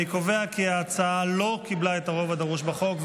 אני קובע כי ההצעה לא קיבלה את הרוב הדרוש בחוק,